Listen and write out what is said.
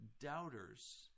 doubters